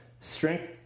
Strength